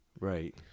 Right